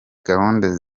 gahunda